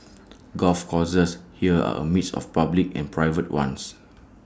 golf courses here are A mix of public and private ones